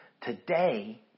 Today